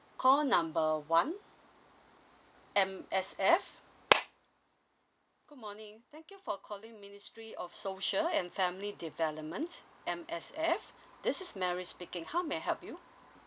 call number one M_S_F good morning thank you for calling ministry of social and family development M_S_F this is mary speaking how may I help you